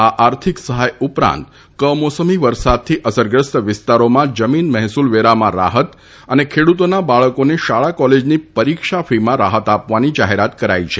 આ આર્થીક સહાય ઉપરાંત કમોસમી વરસાદથી અસરગ્રસ્ત વિસ્તારોમાં જમીન મહેસૂલવેરામાં રાહત તથા ખેડૂતોનાં બાળકોને શાળા કોલેજની પરીક્ષા ફી માં રાહત આપવાની જાહેરાત કરી છે